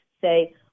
say